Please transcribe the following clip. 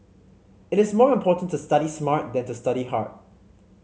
it is more important to study smart than to study hard